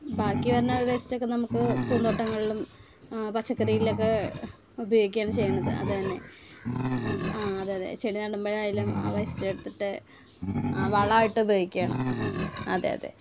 ബാക്കി വരുന്ന വേസ്റ്റ് ഒക്കെ നമുക്ക് പൂന്തോട്ടങ്ങളിലും പച്ചക്കറിയിലൊക്കെ ഉപയോഗിക്കുകയാണ് ചെയ്യുന്നത് അതുതന്നെ ആ അതെയതെ ചെടി നടുമ്പഴായാലും ആ വേസ്റ്റ് എടുത്ത് ആ വളം ഇട്ട് ഉപയോഗിക്കുകയാണ് അതെ അതെ